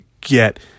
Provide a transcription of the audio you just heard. get